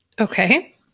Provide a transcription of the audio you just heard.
Okay